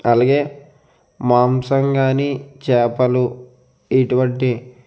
అలాగే మాంసం కానీ చేపలు ఎటువంటి